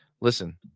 listen